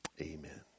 amen